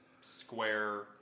square